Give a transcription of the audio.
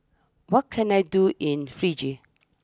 what can I do in Fiji